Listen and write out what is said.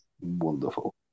wonderful